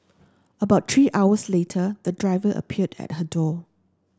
about three hours later the driver appeared at her door